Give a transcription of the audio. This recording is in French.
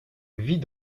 vit